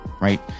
right